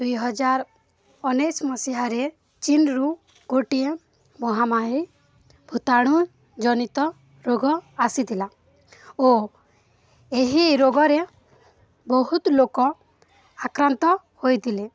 ଦୁଇହଜାର ଉଣେଇଶି ମସିହାରେ ଚୀନରୁ ଗୋଟିଏ ମହାମାରୀ ଭୂତାଣୁ ଜନିତ ରୋଗ ଆସିଥିଲା ଓ ଏହି ରୋଗରେ ବହୁତ ଲୋକ ଆକ୍ରାନ୍ତ ହୋଇଥିଲେ